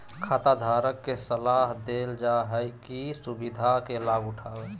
खाताधारक के सलाह देल जा हइ कि ई सुविधा के लाभ उठाय